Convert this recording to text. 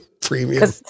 premium